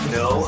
no